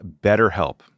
BetterHelp